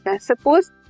Suppose